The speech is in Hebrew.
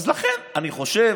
לכן אני חושב